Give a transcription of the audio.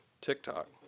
TikTok